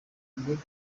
ndirimbo